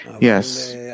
Yes